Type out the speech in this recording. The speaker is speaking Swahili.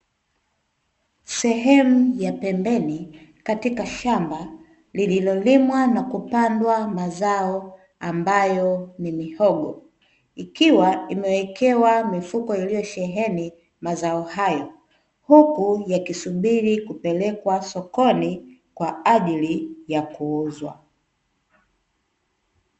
Sehemu ya pembeni katika shamba lililolimwa na kupandwa mazao ambayo ni mihogo, ikiwa imewekewa mifuko iliyosheheni mazao hayo, huku yakisubiri kupelekwa sokoni kwa ajili ya kuuzwa.